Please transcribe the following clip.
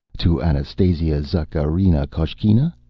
to anastasia zakharina-koshkina?